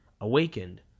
awakened